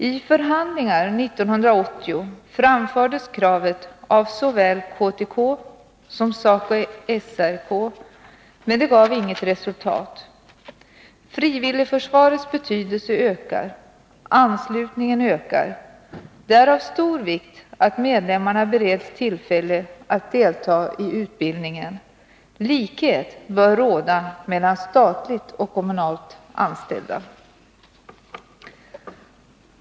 I förhandlingar 1980 framfördes kravet av såväl KTK som SACO/SR-K, men det gav inget resultat. Frivilligförsvarets betydelse ökar. Anslutningen ökar. Det är av stor vikt att medlemmarna bereds tillfälle att delta i utbildningen. Likhet bör råda mellan statligt och kommunalt anställda.